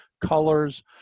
colors